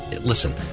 listen